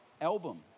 album